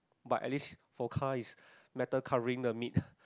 but at least for car is metal covering the meat